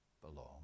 belong